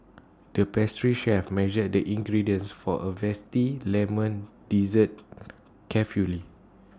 the pastry chef measured the ingredients for A vesty Lemon Dessert carefully